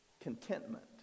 contentment